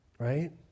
right